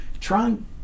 trying